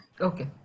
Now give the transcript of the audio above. Okay